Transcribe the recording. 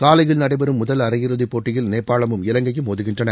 காலையில் நடைபெறும் முதல் அரையிறுதிப் போட்டியில் நேபாளமும் இலங்கையும் மோதுகின்றன